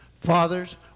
fathers